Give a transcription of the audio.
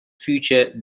future